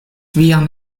vian